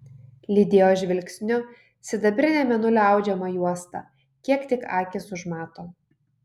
lydėjo žvilgsniu sidabrinę mėnulio audžiamą juostą kiek tik akys užmato